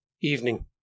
Evening